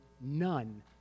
none